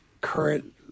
current